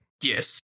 Yes